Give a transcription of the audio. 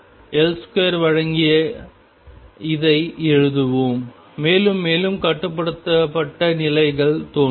V0L2 வழங்கிய இதை எழுதுவோம் மேலும் மேலும் கட்டுப்படுத்தப்பட்ட நிலைகள் தோன்றும்